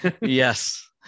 yes